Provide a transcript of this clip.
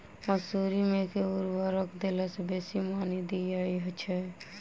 मसूरी मे केँ उर्वरक देला सऽ बेसी मॉनी दइ छै?